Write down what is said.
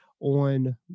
on